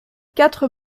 quatre